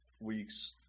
week's